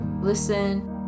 listen